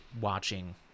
watching